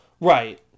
Right